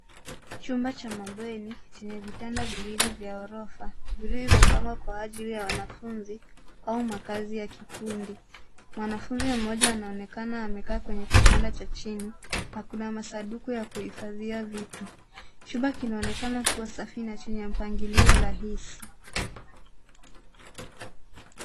Chumba cha bweni chenye vitanda viwili vya ghorofa vilivyopangwa kwa ajili ya wanafunzi au makazi ya kikundi. Mwanafunzi mmoja anaonekana amekaa kwenye kitanda cha chini na kuna masanduku ya kuhifadhia vitu. Chumba kinaonekana kuwa safi na chenye mpangilio rahisi.